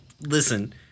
listen